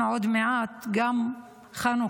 אנחנו עוד מעט גם בחנוכה,